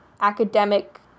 academic